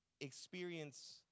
experience